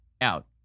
out